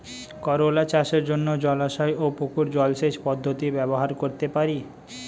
করোলা চাষের জন্য জলাশয় ও পুকুর জলসেচ পদ্ধতি ব্যবহার করতে পারি?